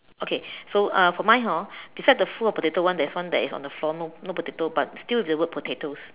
okay so uh for mine hor beside the full of potato one there is one that is on the floor no no potato but still the word potatoes